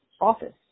office